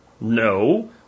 No